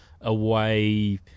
away